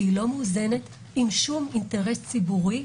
שהיא לא מאוזנת עם שום אינטרס ציבורי,